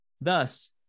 Thus